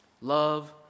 love